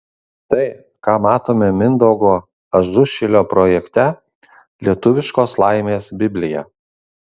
tai ką matome mindaugo ažušilio projekte lietuviškos laimės biblija